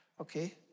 Okay